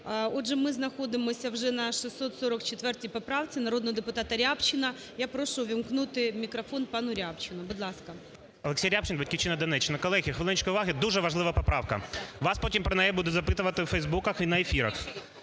Отже, ми знаходимося вже на 644 поправці народного депутата Рябчина. Я прошу ввімкнути мікрофон пану Рябчину. Будь ласка. 10:22:44 РЯБЧИН О.М. ОлексійРябчин, "Батьківщина", Донеччина. Колеги, хвилиночку уваги! Дуже важлива поправка. Вас потім про нею будуть запитувати у Фейсбуці і на ефірах.